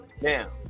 Now